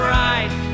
right